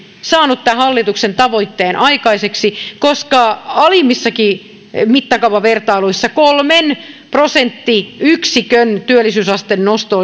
saanut tämän hallituksen tavoitteen aikaiseksi koska alimmissakin mittakaavavertailuissa kolmen prosenttiyksikön työllisyysasteen nosto